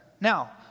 Now